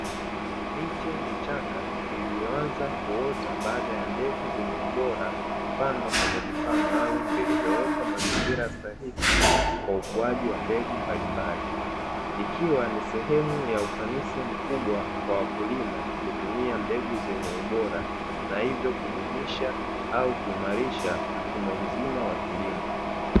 Miche michanga iliyoanza kuota baada ya mbegu zenye ubora kupandwa kwenye vifaa maalumu, vilivyowekwa mazingira stahiki kwa ukuaji wa mbegu mbalimbali. ikiwa ni sehemu ya ufanisi mkubwa kwa wakulima kutumia mbegu zenye ubora na hivyo kudumisha au kuimarisha mfumo mzima wa kilimo.